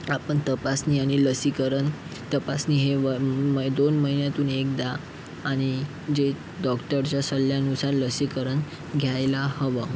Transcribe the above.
आपण तपासणी आणि लसीकरण तपासणी हे वर मय दोन महिन्यातून एकदा आणि जे डॉक्टरच्या सल्ल्यानुसार लसीकरण घ्यायला हवं